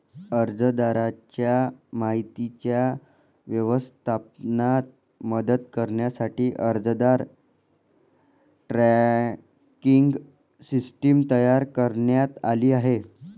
अर्जदाराच्या माहितीच्या व्यवस्थापनात मदत करण्यासाठी अर्जदार ट्रॅकिंग सिस्टीम तयार करण्यात आली आहे